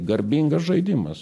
garbingas žaidimas